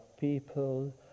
people